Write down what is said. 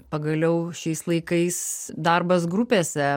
pagaliau šiais laikais darbas grupėse